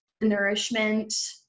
nourishment